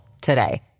today